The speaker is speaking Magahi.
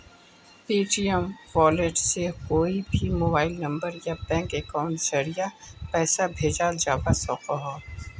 पेटीऍम वॉलेट से कोए भी मोबाइल नंबर या बैंक अकाउंटेर ज़रिया पैसा भेजाल जवा सकोह